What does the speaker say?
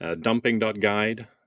dumping.guide